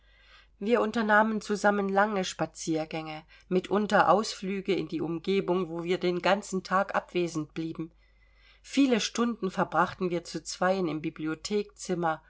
wir unternahmen zusammen lange spaziergänge mitunter ausflüge in die umgebung wobei wir den ganzen tag abwesend blieben viele stunden verbrachten wir zu zweien im